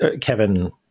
Kevin